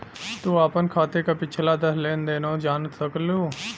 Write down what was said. तू आपन खाते क पिछला दस लेन देनो जान सकलू